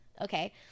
Okay